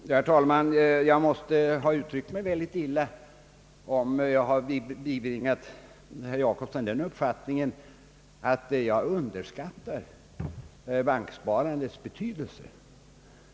Herr talman! Jag måste ha uttryckt mig litet illa, om jag bibringat herr Jacobsson den uppfattningen att jag underskattar banksparandets betydelse.